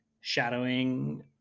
shadowing